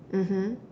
mmhmm